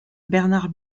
bernard